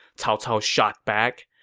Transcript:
cao cao shot back.